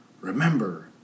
Remember